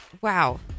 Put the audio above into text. Wow